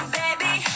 baby